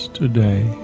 today